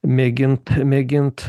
mėgint mėgint